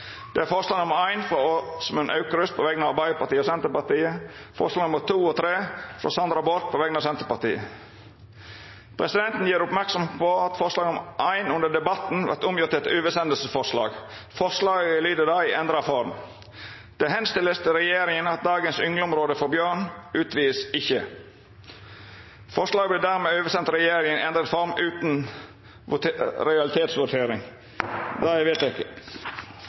Det er forslag nr. 1, frå Åsmund Aukrust på vegner av Arbeidarpartiet og Senterpartiet forslaga nr. 2 og 3, frå Sandra Borch på vegner av Senterpartiet Under debatten er forslag nr. 1 gjort om til eit oversendingsforslag. Forslaget lyder i endra form: «Det henstilles til regjeringen om at dagens yngleområde for bjørn vedtas ikke Presidenten føreslår at dette forslaget vert sendt regjeringa utan realitetsvotering. – Det er vedteke.